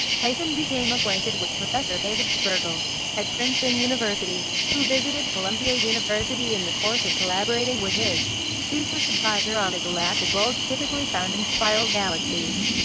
tyson became acquainted with professor david spergel at princeton university, who visited columbia university in the course of collaborating with his thesis advisor on the galactic bulge typically found in spiral galaxies.